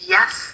Yes